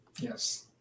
Yes